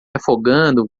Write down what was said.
afogando